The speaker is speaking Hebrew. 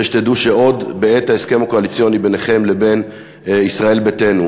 אני רוצה שתדעו שעוד בעת ההסכם הקואליציוני ביניכם לבין ישראל ביתנו,